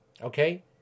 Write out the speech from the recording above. Okay